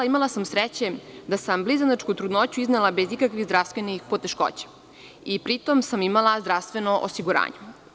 Imala sam sreće da sam blizanačku trudnoću iznela bez ikakvih zdravstvenih poteškoća i pri tom sam imala zdravstveno osiguranje.